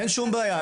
אין שום בעיה